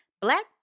black